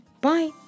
Bye